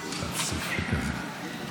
(חבר הכנסת גלעד קריב יוצא מאולם המליאה.)